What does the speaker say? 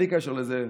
בלי קשר לזה,